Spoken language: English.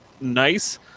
nice